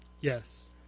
Yes